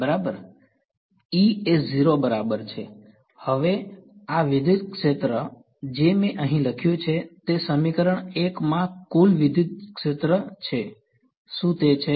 બરાબર E એ 0 બરાબર છે હવે આ વિદ્યુત ક્ષેત્ર જે મેં અહીં લખ્યું છે તે આ સમીકરણ 1 માં કુલ વિદ્યુત ક્ષેત્ર છે શું તે છે